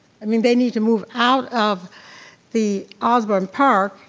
i mean they need to move out of the osbourn park